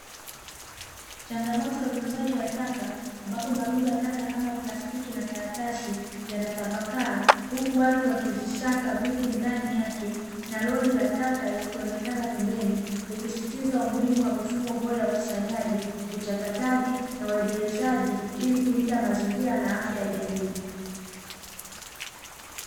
Changamoto ya utunzaji wa taka ambapo marundo ya taka kama plastiki na karatasi yanatapakaa, huku watu wakizisaka vitu ndani yake na lori la taka likionekana pembeni likisisitiza umuhimu wa mifumo bora ya ukusanyaji, uchakataji na urejelezaji ili kulinda mazingira na afya ya jamii.